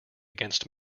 against